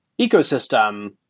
ecosystem